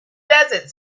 desert